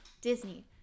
Disney